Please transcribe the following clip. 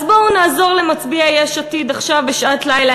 אז בואו נעזור למצביעי יש עתיד עכשיו בשעת לילה,